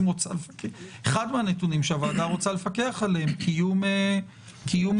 אחד מהנתונים שהוועדה רוצה לפקח עליהם קיום הוראות